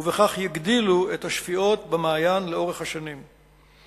ובכך יגדילו את השפיעות במעיין לאורך השנים.